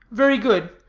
very good.